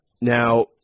Now